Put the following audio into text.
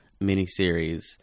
miniseries